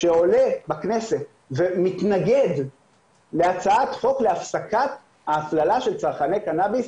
שעולה בכנסת ומתנגד להצעת חוק להפסקת ההפללה של צרכני קנאביס,